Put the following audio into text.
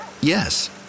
Yes